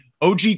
OG